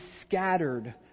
scattered